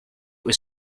was